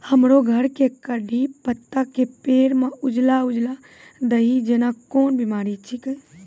हमरो घर के कढ़ी पत्ता के पेड़ म उजला उजला दही जेना कोन बिमारी छेकै?